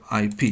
IP